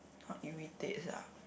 orh irritate sia